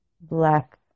black